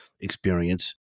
experience